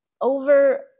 over